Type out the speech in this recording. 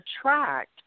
attract